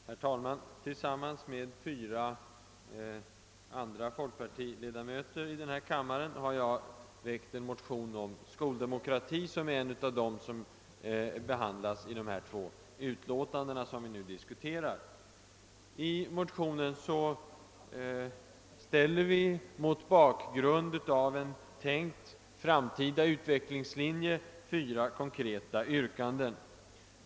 Herr talman! Jag har tillsammans med fyra andra folkpartiledamöter i denna kammare väckt en motion, II: 577, om skoldemokrati, som tillhör dem som behandlas i de två utskottsutlåtanden som nu diskuteras. I motionen ställer vi mot bakgrund av en tänkt framtida utvecklingslinje fyra konkreta yrkanden.